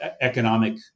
economic